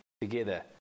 together